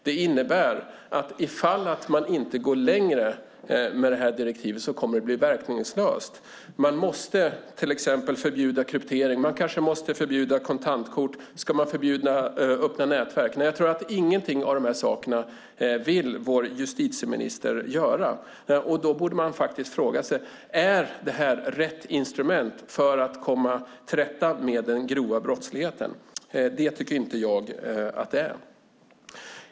Detta innebär att direktivet kommer att bli verkningslöst om man inte går längre med det. Man måste till exempel förbjuda kryptering, och man kanske måste förbjuda kontantkort. Ska man förbjuda öppna nätverk? Nej, jag tror inte att vår justitieminister vill göra någon av dessa saker. Då borde man faktiskt fråga sig om detta är rätt instrument för att komma till rätta med den grova brottsligheten. Jag tycker inte att det är det.